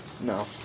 No